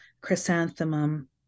chrysanthemum